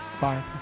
Bye